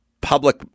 public